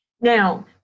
Now